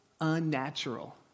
unnatural